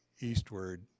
eastward